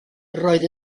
roedd